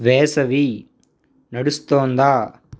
వేసవి నడుస్తోందా